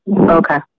Okay